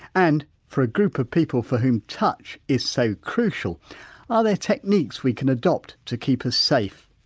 and for a group of people for whom touch is so crucial are there techniques we can adopt to keep us safe?